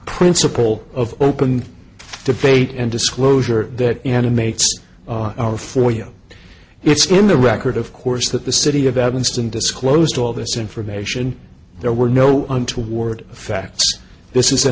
principle of open debate and disclosure that animates our four yo it's in the record of course that the city of evanston disclosed all this information there were no untoward facts this is a